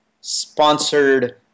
sponsored